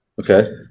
Okay